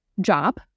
job